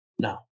No